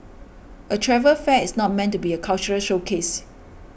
a travel fair is not meant to be a cultural showcase